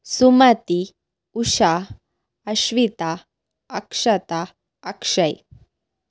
Sumathi Usha Ashwitha Akshata Akshay